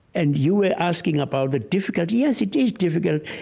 and you were asking about the difficulty. yes, it is difficult.